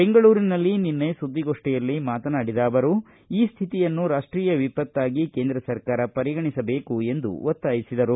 ಬೆಂಗಳೂರಿನಲ್ಲಿ ನಿನ್ನೆ ಸುದ್ದಿಗೋಷ್ಠಿಯಲ್ಲಿ ಮಾತನಾಡಿದ ಅವರು ಈ ಸ್ಥಿತಿಯನ್ನು ರಾಷ್ಟೀಯ ವಿಪತ್ತಾಗಿ ಕೇಂದ್ರ ಸರ್ಕಾರ ಪರಿಗಣಿಸಬೇಕು ಒತ್ತಾಯಿಸಿದರು